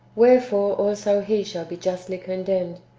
wherefore also he shall be justly con demned,